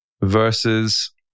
versus